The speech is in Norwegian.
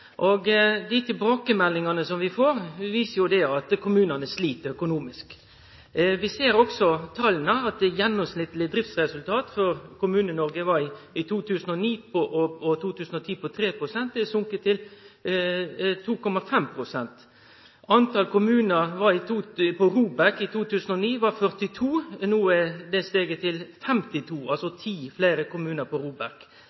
ting. Dei tilbakemeldingane vi får, viser at kommunane slit økonomisk. Vi ser òg av tala at det gjennomsnittlege driftsresultatet for Kommune-Noreg, som i 2009 og 2010 var på 3 pst., har gått ned til 2,5 pst. Talet på ROBEK-kommunar var i 2009 42, no har det talet stige til 52 – altså